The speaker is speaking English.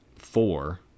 four